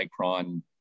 micron